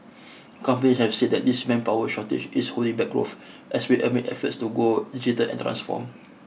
companies have said that this manpower shortage is holding back growth especially amid efforts to go digital and transform